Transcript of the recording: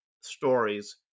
stories